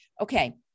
Okay